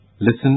Listen